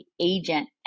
agent